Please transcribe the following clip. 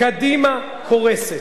קדימה קורסת.